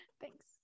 Thanks